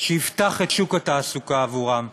שיפתח את שוק התעסוקה עבורם,